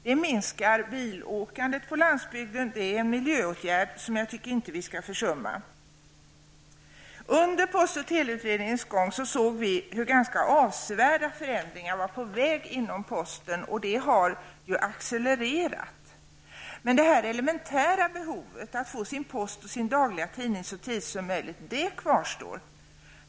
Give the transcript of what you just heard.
Det minskar bilåkandet på landsbygden. Det är en miljöåtgärd som jag tycker att vi inte skall försumma. Under post och teleutredningens gång såg vi hur ganska avsevärda förändringar var på väg inom posten. Dessa har accelererat. Men det elementära behovet, att få sin post och sin dagliga tidning så tidigt som möjligt, kvarstår.